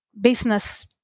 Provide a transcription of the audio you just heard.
business